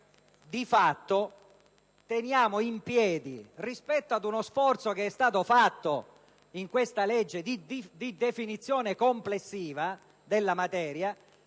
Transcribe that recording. di fatto, rispetto ad uno sforzo che è stato fatto in questa legge di definizione complessiva della materia,